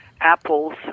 apples